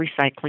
Recycling